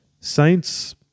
Saints